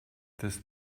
this